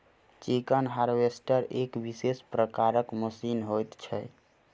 chicken harvester एक विशेष प्रकारक मशीन होइत छै